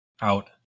out